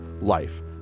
Life